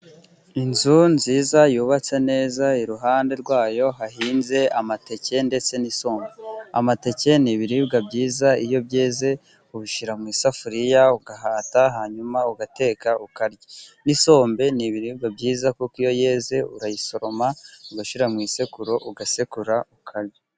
Inzu nziza yubatse neza, iruhande rwayo hahinze amateke ndetse n'isombe. Amateke ni ibiribwa byiza iyo byeze ubishyira mu isafuriya, ugahata hanyuma ugateka ukarya. N'isombe ni ibiribwa byiza, kuko iyo yeze urayisoroma ugashyira mu isekuru, ugasekura ukarya.